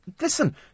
Listen